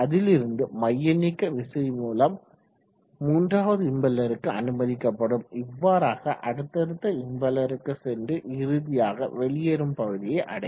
அதிலிருந்து மையநீக்கவிசை மூலம் மூன்றாவது இம்பெல்லருக்கு அனுமதிக்கப்படும் இவ்வாறாக அடுத்தடுத்த இம்பெல்லருக்கு சென்று இறுதியாக வெளியேறும் பகுதியை அடையும்